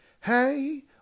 Hey